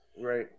Right